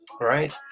right